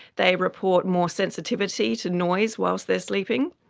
they report more sensitivity to noise whilst they are sleeping,